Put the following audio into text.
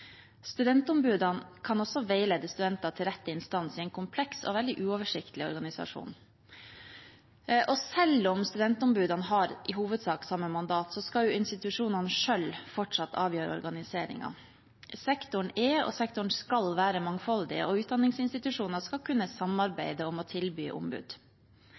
Studentombudene kan også veilede studentene til rett instans i en kompleks og veldig uoversiktlig organisasjon. Selv om studentombudene i hovedsak har samme mandat, skal institusjonene selv fortsatt avgjøre organiseringen. Sektoren er og skal være mangfoldig, og utdanningsinstitusjoner skal kunne samarbeide om å tilby ombud.